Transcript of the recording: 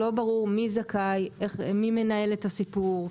לא ברור מי זכאי, מי מנהל את הסיפור.